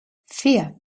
vier